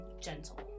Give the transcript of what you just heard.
gentle